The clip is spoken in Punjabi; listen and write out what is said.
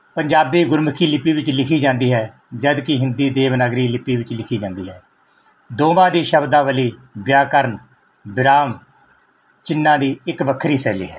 ਪੰਜਾਬੀ ਗੁਰਮੁਖੀ ਲਿਪੀ ਵਿੱਚ ਲਿਖੀ ਜਾਂਦੀ ਹੈ ਜਦਕਿ ਹਿੰਦੀ ਦੇਵਨਾਗਰੀ ਲਿਪੀ ਵਿੱਚ ਲਿਖੀ ਜਾਂਦੀ ਹੈ ਦੋਵਾਂ ਦੀ ਸ਼ਬਦਾਵਲੀ ਵਿਆਕਰਨ ਵਿਰਾਮ ਚਿੰਨ੍ਹਾਂ ਦੀ ਇੱਕ ਵੱਖਰੀ ਸ਼ੈਲੀ ਹੈ